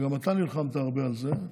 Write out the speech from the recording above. וגם אתה נלחמת הרבה על זה,